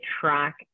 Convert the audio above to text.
track